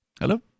Hello